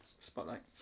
Spotlight